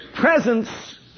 presence